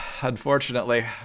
unfortunately